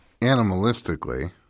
animalistically